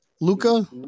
Luca